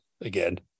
again